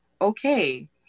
okay